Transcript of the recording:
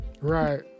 right